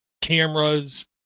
cameras